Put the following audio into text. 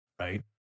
right